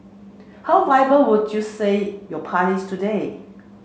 how viable would you say your party is today